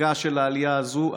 וחלקה של העלייה הזו,